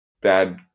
bad